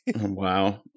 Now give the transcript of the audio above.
Wow